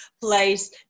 place